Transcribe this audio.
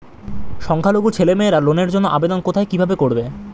সংখ্যালঘু ছেলেমেয়েরা লোনের জন্য আবেদন কোথায় কিভাবে করবে?